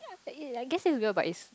ya it is I guess it's real but is